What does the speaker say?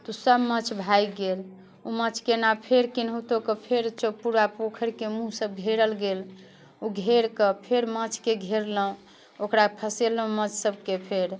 तऽ सब माछ भागि गेल ओ माछके एना फेर केनाहितोके फेर पूरा पोखरिके मुँह सब घेरल गेल ओ घेर कऽ फेर माछके घेरलहुँ ओकरा फँसेलहुँ माछ सबके फेर